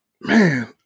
Man